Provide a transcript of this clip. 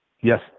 yes